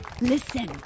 Listen